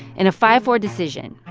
in a five four decision,